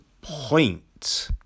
point